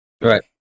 Right